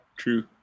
true